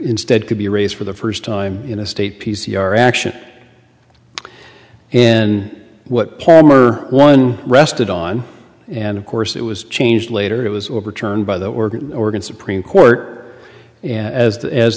instead could be raised for the first time in a state p c r action and what palmer one rested on and of course it was changed later it was overturned by the organ organ supreme court and as